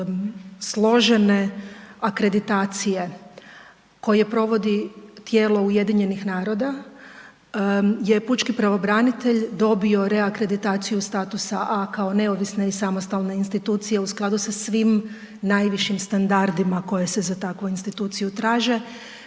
složene akreditacije koje provodi tijelo UN-a, je pučki pravobranitelj dobio reakreditaciju statusa A kao neovisne i samostalne institucije u skladu sa svim najvišim standardima koje se za takvu instituciju traže.